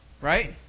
Right